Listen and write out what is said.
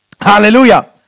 Hallelujah